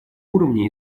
уровне